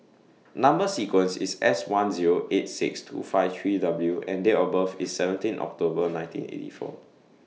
Number sequence IS S one Zero eight six two five three W and Date of birth IS seventeen October nineteen eighty four